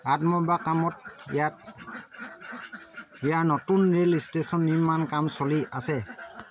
আদমবাক্কামত ইয়াত ইয়াৰ নতুন ৰেল ষ্টেচন নিৰ্মাণ কাম চলি আছে